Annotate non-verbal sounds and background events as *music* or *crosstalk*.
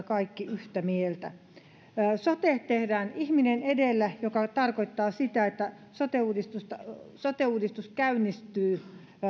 *unintelligible* kaikki yhtä mieltä sote tehdään ihminen edellä mikä tarkoittaa sitä että sote uudistus käynnistyy